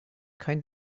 kein